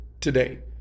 today